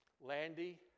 Landy